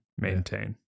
maintain